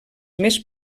més